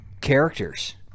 characters